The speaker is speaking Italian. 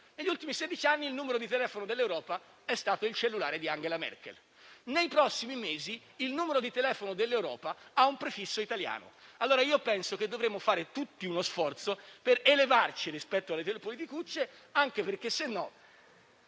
Negli ultimi sedici anni il numero di telefono dell'Europa è stato il cellulare di Angela Merkel; nei prossimi mesi il numero di telefono dell'Europa ha un prefisso italiano. Io penso che dovremmo fare tutti uno sforzo per elevarci rispetto alle politicucce, anche perché sennò,